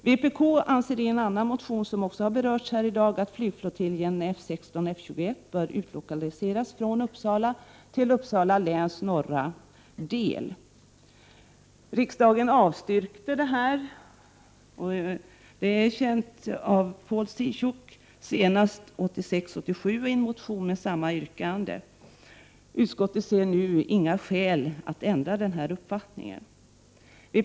Vpk anser i en annan motion, som har berörts tidigare här i dag, att flygflottiljen F16 87 en motion med samma yrkande. Utskottet ser nu inga skäl att ändra detta ställningstagande.